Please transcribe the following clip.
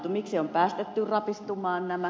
miksi on päästetty rapistumaan nämä